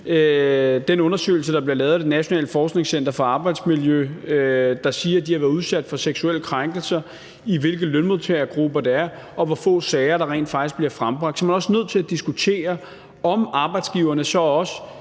den undersøgelse, der er blevet lavet af det nationale forskningscenter for arbejdsmiljø, siger, at de har været udsat for seksuelle krænkelser, i hvilke lønmodtagergrupper det er, og hvor få sager der rent faktisk bliver frembragt, så er man også nødt til at diskutere, om arbejdsgiverne så også